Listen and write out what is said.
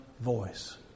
voice